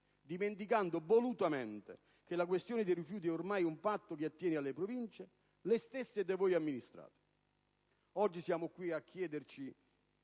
dimenticando volutamente che la questione dei rifiuti è ormai un fatto che attiene alle Province, le stesse da voi amministrate. Oggi siamo qui a chiederci